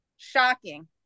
Shocking